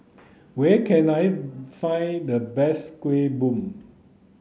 where can I find the best Kuih Bom